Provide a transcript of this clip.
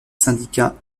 syndicats